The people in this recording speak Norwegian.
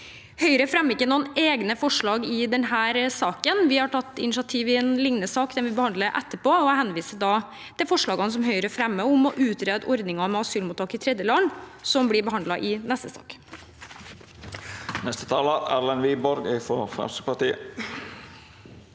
Høyre fremmer ikke noen egne forslag i denne saken. Vi har tatt initiativ i en lignende sak, den vi behandler etterpå. Jeg henviser da til forslagene Høyre fremmer om å utrede ordningen med asylmottak i tredjeland, som blir behandlet i neste sak.